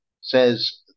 Says